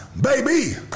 baby